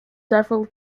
several